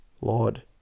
Lord